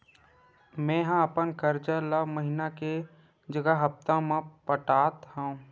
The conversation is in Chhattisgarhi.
मेंहा अपन कर्जा ला महीना के जगह हप्ता मा पटात हव